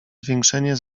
zwiększenie